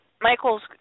Michael's